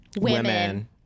Women